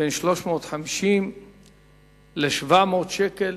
בין 350 ל-700 שקל